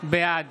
בעד